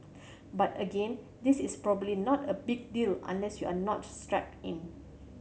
but again this is probably not a big deal unless you are not strapped in